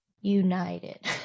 united